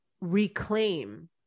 reclaim